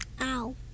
Ow